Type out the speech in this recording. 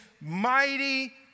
mighty